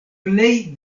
plej